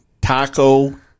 Taco